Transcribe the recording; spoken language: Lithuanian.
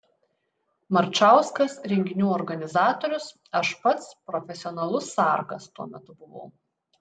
marčauskas renginių organizatorius aš pats profesionalus sargas tuo metu buvau